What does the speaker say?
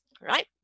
Right